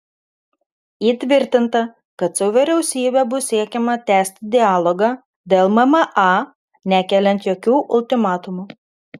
įtvirtinta kad su vyriausybe bus siekiama tęsti dialogą dėl mma nekeliant jokių ultimatumų